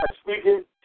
speaking